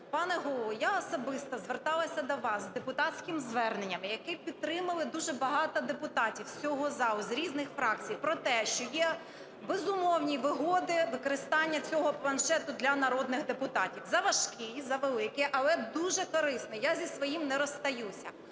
Пане Голово, я особисто зверталася до вас з депутатським зверненням, яке підтримало дуже багато депутатів цього залу з різних фракцій, про те, що є безумовні вигоди використання цього планшету для народних депутатів. Заважкий, завеликий, але дуже корисний. Я зі своїм не розстаюся.